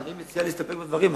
אני מציע להסתפק בדברים.